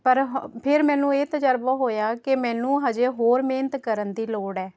ਪਰ ਫਿਰ ਮੈਨੂੰ ਇਹ ਤਜ਼ਰਬਾ ਹੋਇਆ ਕਿ ਮੈਨੂੰ ਹਜੇ ਹੋਰ ਮਿਹਨਤ ਕਰਨ ਦੀ ਲੋੜ ਹੈ